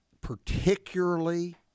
Particularly